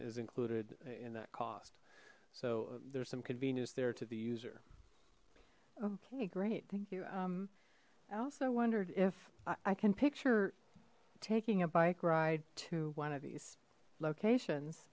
is included in that cost so there's some convenience there to the user okay great thank you i also wondered if i can picture taking a bike ride to one of these locations